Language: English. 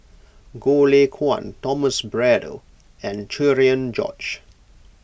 Goh Lay Kuan Thomas Braddell and Cherian George